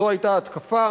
זו היתה התקפה